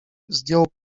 zdjął